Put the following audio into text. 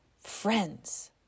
friends